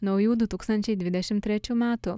naujų du tūkstančiai dvidešim trečių metų